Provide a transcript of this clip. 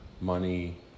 money